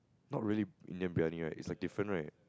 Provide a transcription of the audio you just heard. not really Indian Briyani it's like different right